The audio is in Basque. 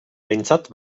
behintzat